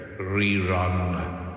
rerun